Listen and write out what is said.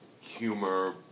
humor